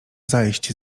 zajść